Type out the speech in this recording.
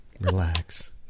Relax